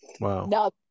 Wow